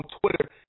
Twitter